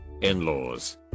in-laws